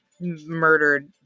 Murdered